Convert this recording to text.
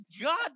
god